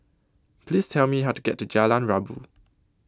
Please Tell Me How to get to Jalan Rabu